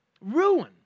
Ruin